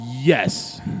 Yes